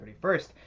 31st